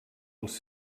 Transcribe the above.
els